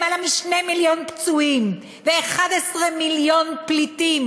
למעלה משני מיליון פצועים ו-11 מיליון פליטים,